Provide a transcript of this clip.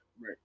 Right